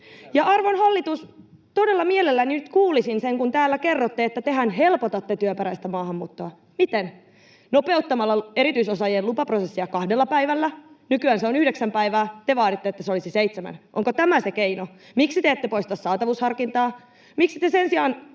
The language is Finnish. Ja arvon hallitus, todella mielelläni nyt kuulisin, kun täällä kerrotte, että tähän helpotatte työperäistä maahanmuuttoa: miten? Nopeuttamalla erityisosaajien lupaprosessia kahdella päivällä. Nykyään se on yhdeksän päivää — te vaaditte, että se olisi seitsemän. Onko tämä se keino? Miksi te ette poista saatavuusharkintaa? Miksi te sen sijaan